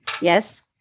Yes